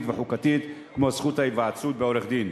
וחוקתית כמו זכות ההיוועצות בעורך-דין.